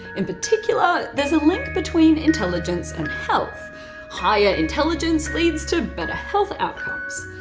in particular, there's a link between intelligence and health higher intelligence leads to better health outcomes.